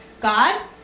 God